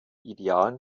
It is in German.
idealen